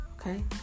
Okay